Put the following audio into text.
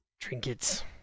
trinkets